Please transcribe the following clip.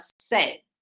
say